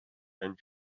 then